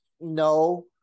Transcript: no